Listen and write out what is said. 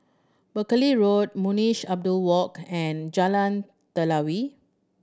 Buckley Road Munshi Abdullah Walk and Jalan Telawi